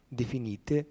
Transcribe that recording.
definite